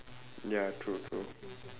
ya true true